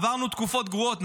עברנו תקופות גרועות.